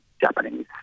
Japanese